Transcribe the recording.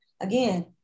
again